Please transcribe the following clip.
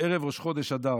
ערב ראש חודש אדר.